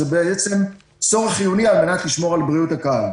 זה בעצם צורך חיוני על מנת לשמור על בריאות הקהל.